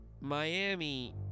Miami